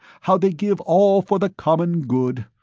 how they give all for the common good.